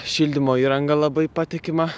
šildymo įrangą labai patikimą